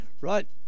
right